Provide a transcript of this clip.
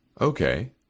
Okay